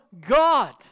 God